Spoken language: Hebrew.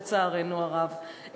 לצערנו הרב,